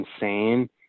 insane